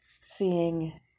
seeing